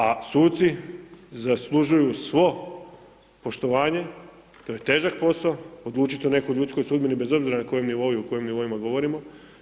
A suci zaslužuju svo poštovanje, to je težak posao, odlučiti o nekoj ljudskoj sudbini bez obzira na kojem nivou i o kojim nivoima govorima.